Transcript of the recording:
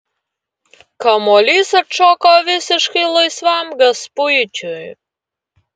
kamuolys atšoko visiškai laisvam gašpuičiui